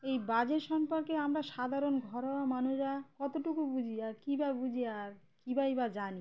এই বাজেট সম্পর্কে আমরা সাধারণ ঘরোয়া মানুষরা কতটুকু বুঝি আর কী বা বুঝি আর কী বা বা জানি